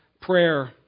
prayer